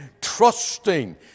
trusting